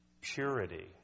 Purity